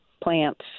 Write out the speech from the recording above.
plants